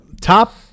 top